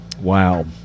Wow